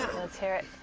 let's hear it.